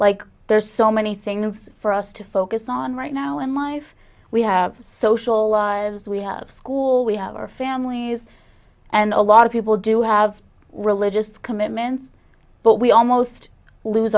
like there's so many things for us to focus on right now in life we have social lives we have school we have our families and a lot of people do have religious commitments but we almost lose